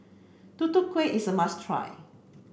Tutu Kueh is a must try